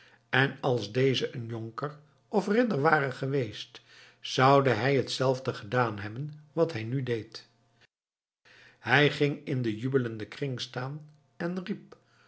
en als deze een jonker of ridder ware geweest zou hij hetzelfde gedaan hebben wat hij nu deed hij ging in den jubelenden kring staan en riep